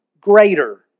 greater